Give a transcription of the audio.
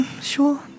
sure